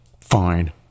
fine